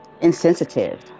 insensitive